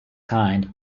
kind